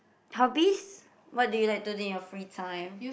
hobbies what do you like to do in your free time